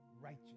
righteous